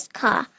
car